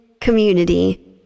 community